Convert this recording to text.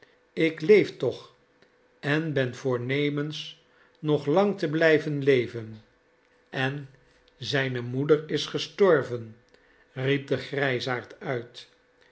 ik leef toch en ben voornemens nog lang te blijven leven en zijne moeder is gestorven riep de grijsaard uit